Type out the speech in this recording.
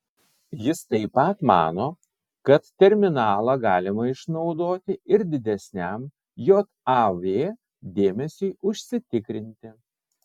jis taip pat mano kad terminalą galima išnaudoti ir didesniam jav dėmesiui užsitikrinti